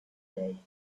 day